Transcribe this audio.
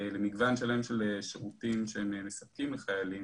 למגוון שלם של שירותים שהם מספקים לחיילים,